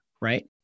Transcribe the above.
right